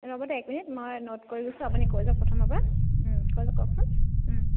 ৰ'ব দেই এক মিনিট মই নোট কৰি গৈছোঁ আপুনি কৈ যাওঁক প্ৰথমৰপৰা কৈ যাওক কওকচোন